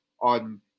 on